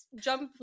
Jump